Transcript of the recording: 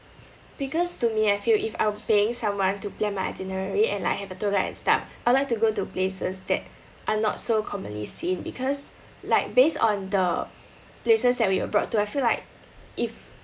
because to me I feel if I were paying someone to plan my itinerary and like have a tour guide and stuff I would like to go to places that are not so commonly seen because like based on the places that we were brought to I feel like if